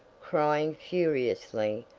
crying furiously,